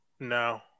No